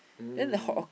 mm